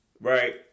right